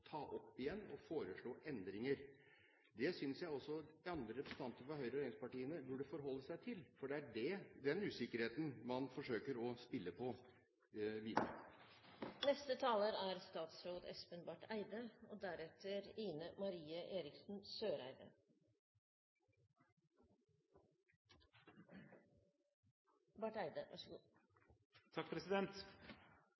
ta dette opp igjen og foreslå endringer. Det synes jeg også de andre representantene fra Høyre og regjeringspartiene burde forholde seg til, for det er den usikkerheten man forsøker å spille på videre. Komitélederen introduserte problemstillingen at om det er